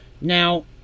Now